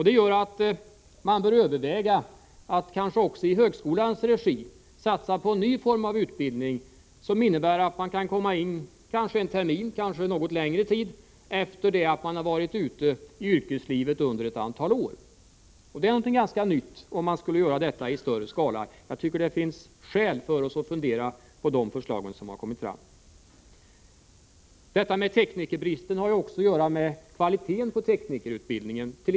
Det gör att man bör överväga att kanske också i högskolans regi satsa på en ny form av utbildning, som innebär att de studerande kan komma in i utbildningen under en termin eller kanske någon längre tid efter det att de har varit ute i yrkeslivet under ett antal år. Det vore någonting ganska nytt om detta skedde i en något större skala. Jag tycker att det finns skäl för oss att fundera på de förslag som kommit fram i detta avseende. Teknikerbristen hänger också samman med kvaliteten på teknikerutbildningen.